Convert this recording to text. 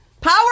Power